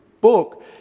book